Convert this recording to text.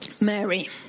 Mary